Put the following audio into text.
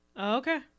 okay